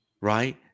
right